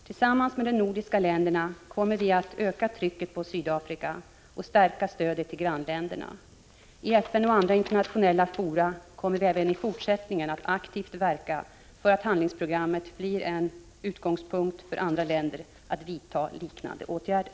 Tillsammans med de nordiska länderna kommer vi att öka trycket på Sydafrika och stärka stödet till grannländerna. I FN och andra internationella fora kommer vi även i fortsättningen att aktivt verka för att handlingsprogrammet blir en utgångspunkt för andra länder när det gäller att vidta liknande åtgärder.